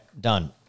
done